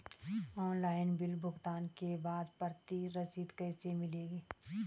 Online bill भुगतान के बाद प्रति रसीद कैसे मिलेगी?